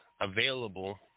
available